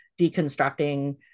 deconstructing